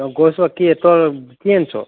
গৈছ তই কি তই কি আনিছ